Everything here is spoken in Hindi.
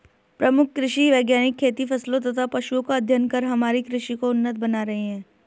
प्रमुख कृषि वैज्ञानिक खेती फसलों तथा पशुओं का अध्ययन कर हमारी कृषि को उन्नत बना रहे हैं